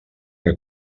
que